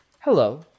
Hello